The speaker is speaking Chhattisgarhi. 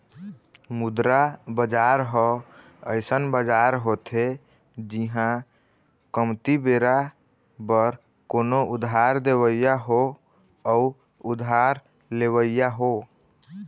मुद्रा बजार ह अइसन बजार होथे जिहाँ कमती बेरा बर कोनो उधार देवइया हो अउ उधार लेवइया हो